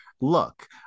look